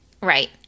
right